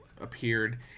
appeared